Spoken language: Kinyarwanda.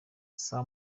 saa